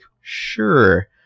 sure